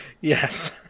Yes